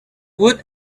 wood